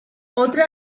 otra